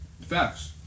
facts